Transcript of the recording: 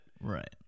Right